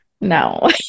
no